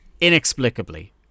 inexplicably